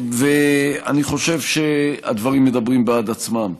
אני חושב שהדברים מדברים בעד עצמם.